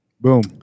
Boom